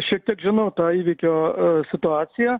šiek tiek žinau tą įvykio situaciją